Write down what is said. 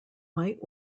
might